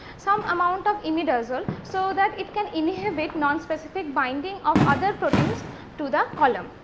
some amount of imidazole. so, that it can inhibit nonspecific binding of other proteins to the column.